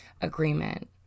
agreement